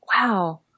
wow